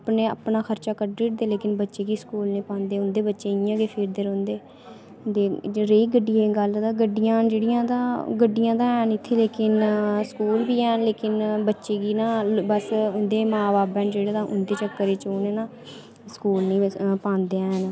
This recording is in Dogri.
अपने अपना खर्चा कड्ढी ओड़दे लेकिन बच्चे गी स्कूल नेईं पांदे उंदे बच्चे इयां गै फिरदे रौंह्दे ते रेही गड्डियें दी गल्ल तां गड्डियां जेह्ड़ियां न तां गड्डियां गड्डियां गै हैन इत्थै लेकिन स्कूल बी हैन लेकिन बच्चे गी ना बस उंदे मां बब्ब ऐ न जेह्ड़े तां उं'दे चक्करै च उनें ना स्कूल वैसे पांदे हैन